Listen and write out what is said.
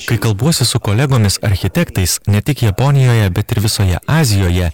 kai kalbuosi su kolegomis architektais ne tik japonijoje bet ir visoje azijoje